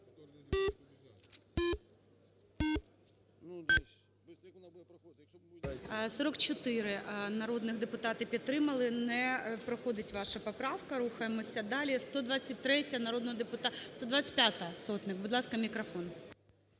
44 народних депутати підтримали. Не проходить ваша поправка. Рухаємося далі. 123-я народного депутата.... 125-а, Сотник. Будь ласка, мікрофон.